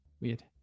Weird